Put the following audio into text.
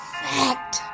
fact